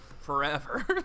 forever